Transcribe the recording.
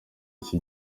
iki